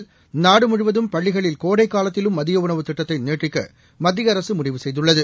தொற்றுபரவல் நாடுமுழுவதும் பள்ளிகளில் கோடைகாலத்திலும் மதியஉணவுத் திட்டத்தைநீட்டிக்கமத்தியஅரசுமுடிவு செய்துள்ளது